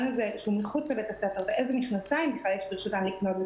שהוא מחוץ לבית הספר ואילו מכנסיים יש בכלל ברשותן לקנות,